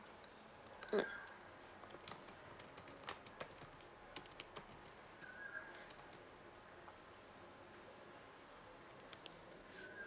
mm